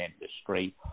industry